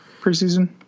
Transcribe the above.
preseason